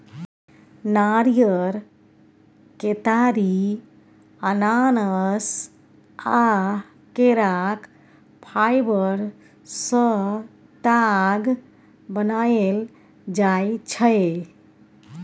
नारियर, केतारी, अनानास आ केराक फाइबर सँ ताग बनाएल जाइ छै